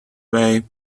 way